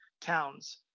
towns